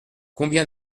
combien